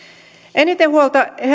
eniten huolta